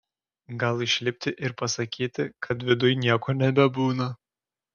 gal išlipti ir pasakyti kad viduj nieko nebebūna